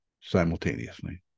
simultaneously